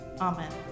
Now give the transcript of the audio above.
Amen